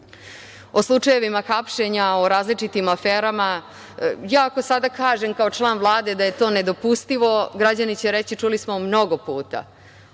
o slučajevima hapšenja, o različitim aferama. Ja ako sada kažem kao član Vlade da je to nedopustivo, građani će reći čuli smo mnogo puta,